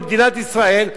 למדינת ישראל,